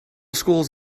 schools